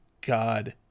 god